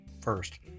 first